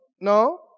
no